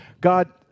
God